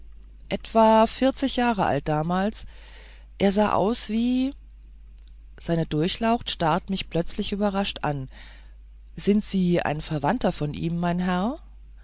etwa vierzig jahre alt damals er sah aus wie seine durchlaucht starrt mich plötzlich überrascht an sie sind ein verwandter von ihm mein herr